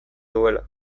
duela